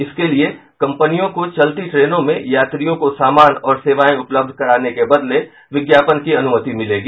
इसके लिये कंपनियों को चलती ट्रेनों में यात्रियों को सामान और सेवायें उपलब्ध कराने के बदले विज्ञापन की अनुमति मिलेगी